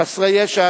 חסרי ישע,